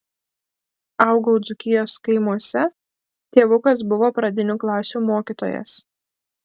augau dzūkijos kaimuose tėvukas buvo pradinių klasių mokytojas